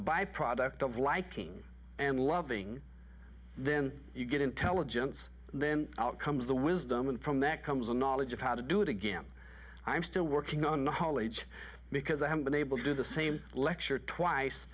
byproduct of liking and loving then you get intelligence then out comes the wisdom and from that comes the knowledge of how to do it again i'm still working on knowledge because i haven't been able to do the same lecture twice